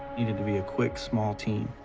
needed to be a quick, small team.